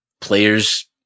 players